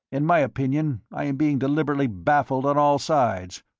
in my opinion i am being deliberately baffled on all sides.